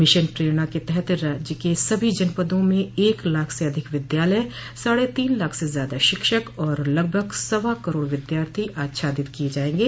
mission Prerna के तहत राज्य के सभी जनपदों में एक लाख से अधिक विद्यालय साढ़े तीन लाख से ज़्यादा शिक्षक और लगभग सवा करोड़ विद्यार्थी आच्छादित किये जायेंगे